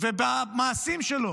ובמעשים שלו,